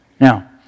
Now